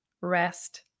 rest